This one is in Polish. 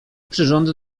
przyrząd